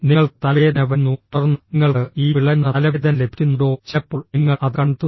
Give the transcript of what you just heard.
നിങ്ങൾക്ക് തലവേദന വരുന്നു തുടർന്ന് നിങ്ങൾക്ക് ഈ പിളരുന്ന തലവേദന ലഭിക്കുന്നുണ്ടോ ചിലപ്പോൾ നിങ്ങൾ അത് കണ്ടെത്തുന്നു